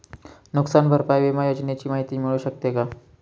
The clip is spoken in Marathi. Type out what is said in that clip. नुकसान भरपाई विमा योजनेची माहिती मिळू शकते का?